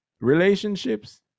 relationships